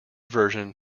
version